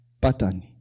pattern